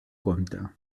compte